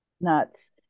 nuts